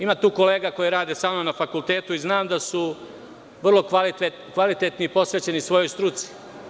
Ima tu kolega koje rade sa mnom na fakultetu i znam da su vrlo kvalitetni i posvećeni svojoj struci.